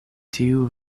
tiu